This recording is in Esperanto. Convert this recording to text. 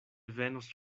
venos